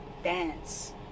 dance